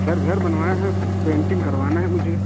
sir घर बनवाए है पेंटिंग करवाना है मुझे